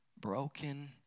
broken